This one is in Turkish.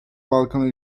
balkan